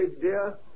dear